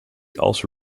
also